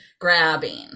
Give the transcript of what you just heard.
grabbing